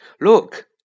Look